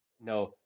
No